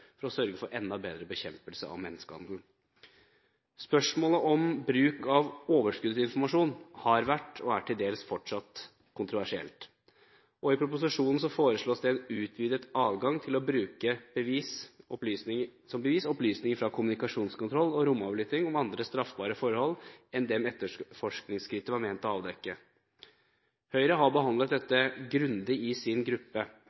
for å sørge for enda bedre bekjempelse av menneskehandel. Spørsmålet om bruk av overskuddsinformasjon har vært, og er til dels fortsatt, kontroversielt. I proposisjonen foreslås det en utvidet adgang til å bruke som bevis opplysninger fra kommunikasjonskontroll og romavlytting om andre straffbare forhold enn dem etterforskningsskrittet var ment å avdekke. Høyre har behandlet dette grundig i sin gruppe